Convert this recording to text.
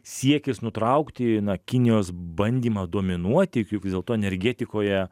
siekis nutraukti na kinijos bandymą dominuoti juk vis dėlto energetikoje